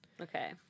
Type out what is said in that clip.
okay